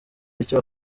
icyo